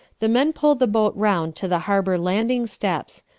the men pulled the boat round to the harbour landing-steps.